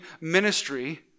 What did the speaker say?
ministry